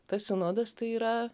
tas sinodas tai yra